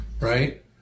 Right